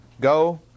Go